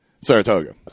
Saratoga